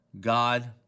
God